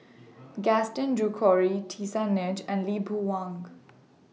Gaston Dutronquoy Tisa Ng and Lee Boon Wang